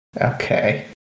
Okay